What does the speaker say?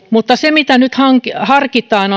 mutta nyt harkitaan